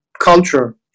culture